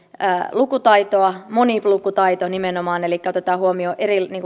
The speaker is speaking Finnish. lukutaitoa monilukutaitoa nimenomaan elikkä otetaan huomioon